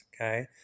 okay